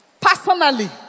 personally